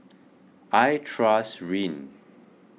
I trust Rene